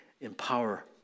empower